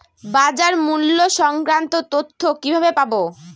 বাজার মূল্য সংক্রান্ত তথ্য কিভাবে পাবো?